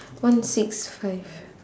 one six five